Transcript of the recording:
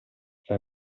che